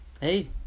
hey